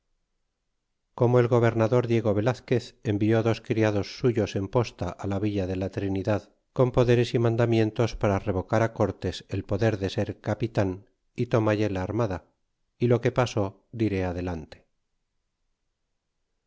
como el gobernador diego velazquez envió dos criados suyos en posta la villa de la trinidad con poderes y mandamientos para revocar corbs el poder de ser capitan y toinalle la armada y lo que pasó dird adelante